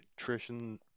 nutrition